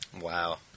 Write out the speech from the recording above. Wow